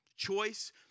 choice